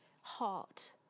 heart